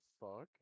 fuck